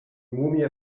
mumie